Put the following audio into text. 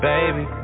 Baby